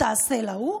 תעשה להוא,